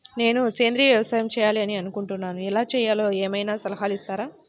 నేను సేంద్రియ వ్యవసాయం చేయాలి అని అనుకుంటున్నాను, ఎలా చేయాలో ఏమయినా సలహాలు ఇస్తారా?